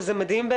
וזה מדהים,